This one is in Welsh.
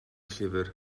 llyfr